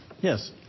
Yes